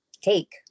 take